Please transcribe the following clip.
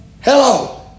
Hello